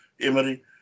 Emery